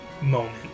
moment